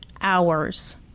hours